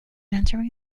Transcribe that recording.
entering